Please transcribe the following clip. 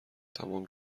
تمام